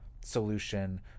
solution